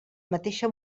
mateixa